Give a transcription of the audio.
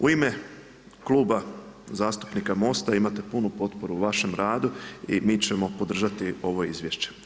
U ime Kluba zastupnika MOST-a imate punu potporu u vašem radu i mi ćemo podržati ovo izvješće.